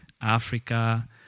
Africa